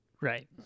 Right